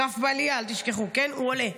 הגרף בעלייה, אל תשכחו, כן, הוא עולה.